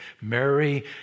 Mary